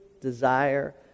desire